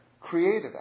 creative